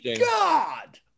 god